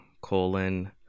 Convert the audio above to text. colon